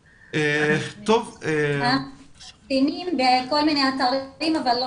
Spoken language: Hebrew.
אנחנו מפרסמים בכל מיני אתרים אבל לא